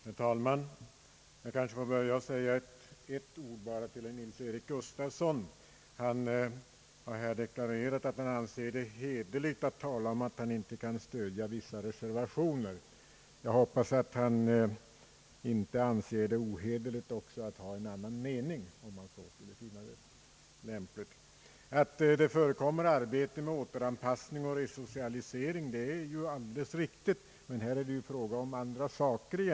Herr talman! Jag kanske får börja med ett par ord till herr Nils-Eric Gustafsson. Han har här deklarerat att han anser det hederligt att säga att han inte kan stödja vissa reservationer. Jag hoppas att han inte anser det ohederligt att jag har en annan mening. Att det förekommer arbete med återanpassning och resocialisering är alldeles riktigt, men här är det egentligen fråga om andra saker.